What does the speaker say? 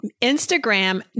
Instagram